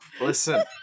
Listen